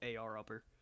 AR-upper